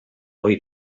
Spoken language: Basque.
ohi